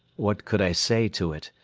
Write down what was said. what could i say to it?